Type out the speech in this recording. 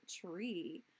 tree